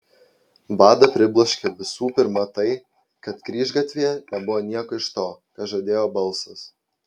vadą pribloškė visų pirma tai kad kryžgatvyje nebuvo nieko iš to ką žadėjo balsas